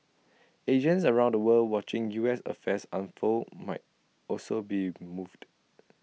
Asians around the world watching U S affairs unfold might also be moved